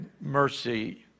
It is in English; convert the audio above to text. mercy